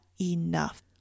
enough